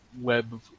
Web